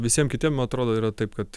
visiem kitiem man atrodo yra taip kad